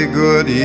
good